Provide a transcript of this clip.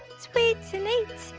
sweets and eats,